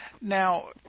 Now